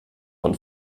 von